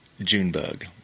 Junebug